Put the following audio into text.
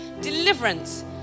deliverance